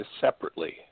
separately